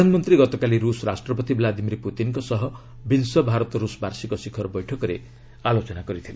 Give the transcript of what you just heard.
ପ୍ରଧାନମନ୍ତ୍ରୀ ଗତକାଲି ରୁଷ ରାଷ୍ଟ୍ରପତି ଭ୍ଲାଦିମିର୍ ପୁତିନ୍ଙ୍କ ସହ ବିଂଶ ଭାରତ ରୁଷ ବାର୍ଷିକ ଶିଖର ବୈଠକରେ କଥାବାର୍ତ୍ତା କରିଥିଲେ